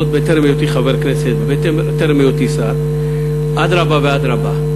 עוד טרם היותי חבר כנסת וטרם היותי שר: אדרבה ואדרבה.